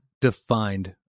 defined